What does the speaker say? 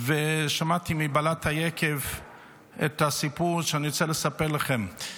ושמעתי מבעלת היקב את הסיפור שאני רוצה לספר לכם.